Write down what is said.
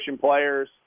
players